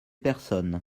personne